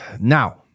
Now